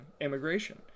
immigration